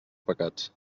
pecats